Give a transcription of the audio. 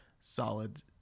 solid